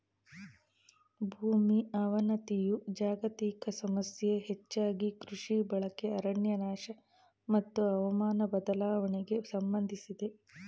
ಭೂಮಿ ಅವನತಿಯು ಜಾಗತಿಕ ಸಮಸ್ಯೆ ಹೆಚ್ಚಾಗಿ ಕೃಷಿ ಬಳಕೆ ಅರಣ್ಯನಾಶ ಮತ್ತು ಹವಾಮಾನ ಬದಲಾವಣೆಗೆ ಸಂಬಂಧಿಸಿದೆ